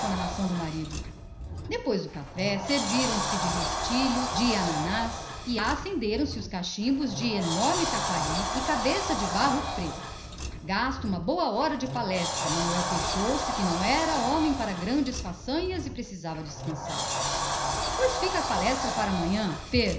narração do marido depois do café serviram-se de restilo de ananás e acenderam se os cachimbos de cabeça de barro preto e taquari de três palmos gasta meia hora de palestra manuel queixou-se de que já não era homem para grandes façanhas e precisava descansar o corpo pois fica o resto para amanhã